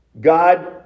God